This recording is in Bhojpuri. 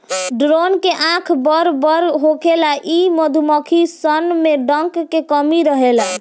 ड्रोन के आँख बड़ बड़ होखेला इ मधुमक्खी सन में डंक के कमी रहेला